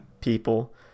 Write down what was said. people